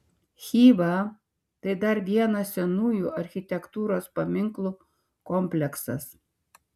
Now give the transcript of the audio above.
chiva tai dar vienas senųjų architektūros paminklų kompleksas